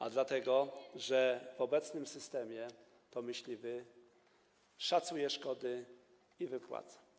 A dlatego, że w obecnym systemie to myśliwy szacuje szkody i wypłaca.